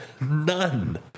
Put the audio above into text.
None